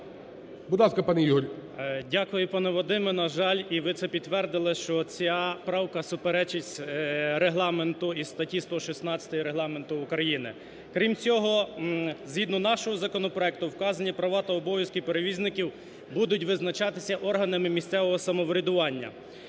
Дякую, пане Вадиме. На жаль, і ви це підтвердили, що ця правка суперечить Регламенту і статті 116 Регламенту України. Крім цього, згідно нашого законопроекту вказані права та обов'язки перевізників будуть визначатися органами місцевого самоврядування.